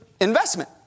investment